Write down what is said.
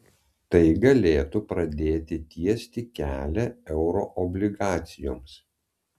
tai galėtų pradėti tiesti kelią euroobligacijoms